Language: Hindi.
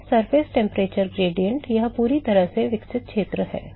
तो सतह के तापमान ढाल surface temperature gradient यह पूरी तरह से विकसित क्षेत्र है